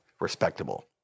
respectable